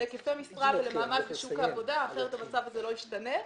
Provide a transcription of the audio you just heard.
להיקפי משרה ולמעמד בשוק העבודה כי אחרת המצב הזה לא ישתנה.